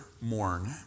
mourn